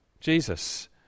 Jesus